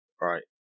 right